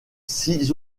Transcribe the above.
six